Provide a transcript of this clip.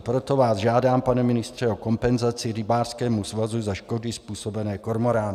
Proto vás žádám, pane ministře, o kompenzaci rybářskému svazu za škody způsobené kormorány.